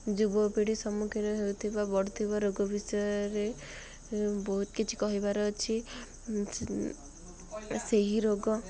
ଯୁବପିଢ଼ି ସମ୍ମୁଖୀନ ହେଉଥିବା ବଢ଼ୁଥିବା ରୋଗ ବିଷୟରେ ବହୁତ କିଛି କହିବାର ଅଛି ସେହି ରୋଗ